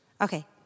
Okay